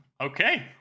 Okay